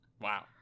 Wow